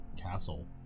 castle